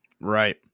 Right